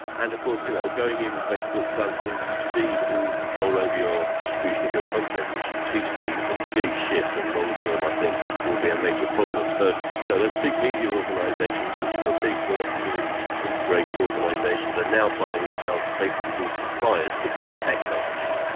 and of course you know going in with facebook does mean you cede all control over your distribution of your content, which strategically is a big shift and long term i think will be a major problem. so you know those big media organisations which were big, vertically integrated organisations, are now finding themselves basically being suppliers to big tech companies.